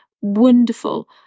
wonderful